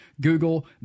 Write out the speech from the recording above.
Google